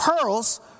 pearls